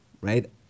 right